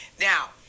now